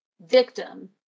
victim